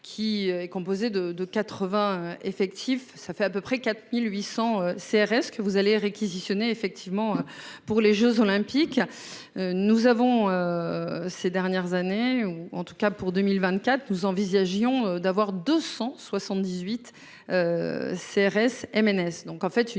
qui est composé de de 80. Effectif. Ça fait à peu près 4800 CRS que vous allez réquisitionné effectivement. Pour les Jeux olympiques. Nous avons. Ces dernières années ou en tout cas pour 2024, nous envisagions d'avoir 278. CRS MNS.